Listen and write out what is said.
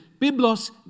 Biblos